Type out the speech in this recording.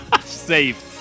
Safe